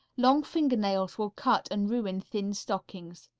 long fingernails will cut and ruin thin stockings.